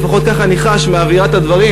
לפחות ככה אני חש מאווירת הדברים,